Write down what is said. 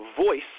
voice